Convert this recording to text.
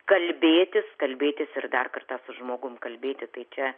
kalbėtis kalbėtis ir dar kartą su žmogumi kalbėti tai čia